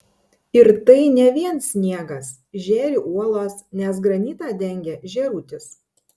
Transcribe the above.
ir tai ne vien sniegas žėri uolos nes granitą dengia žėrutis